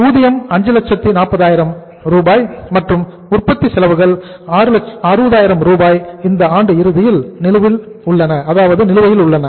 ஊதியம் 540000 ரூபாய் மற்றும் உற்பத்தி செலவுகள் 60000 ரூபாய் இந்த ஆண்டு இறுதியில் நிலுவையில் உள்ளன